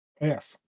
Yes